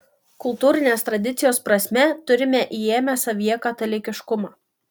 kultūrinės tradicijos prasme turime įėmę savyje katalikiškumą